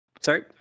Sorry